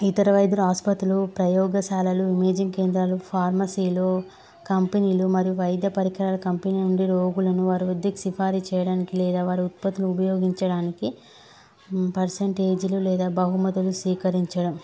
ఇతర వై్యుల ఆసుపత్రులు ప్రయోగశాలలు ఇమేజింగ్ కేంద్రాలు ఫార్మసీలు కంపెనీలు మరియు వైద్య పరికరాల కంపెనీ నుండి రోగులను వారివృద్క్ సిఫారి చేయడానికి లేదా వారి ఉత్పత్తులు ఉపయోగించడానికి పర్సెంటేజీలు లేదా బహుమతులు స్వీకరించడం